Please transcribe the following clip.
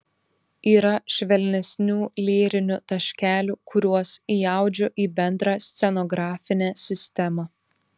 yra švelnesnių lyrinių taškelių kuriuos įaudžiu į bendrą scenografinę sistemą